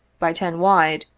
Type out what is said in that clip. by ten wide,